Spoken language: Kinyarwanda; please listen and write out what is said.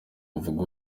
bavuga